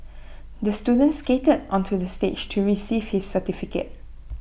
the student skated onto the stage to receive his certificate